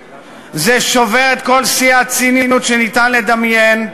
כל שיאי הציניות שניתן לדמיין.